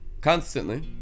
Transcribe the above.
constantly